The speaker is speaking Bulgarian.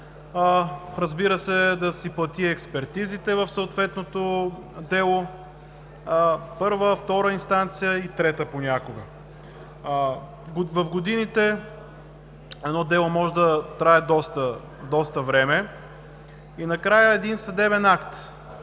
разбира се, да си плати експертизите в съответното дело – първа, втора инстанция и трета понякога. В годините едно дело може да трае доста време. Накрая един съдебен акт